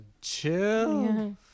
chill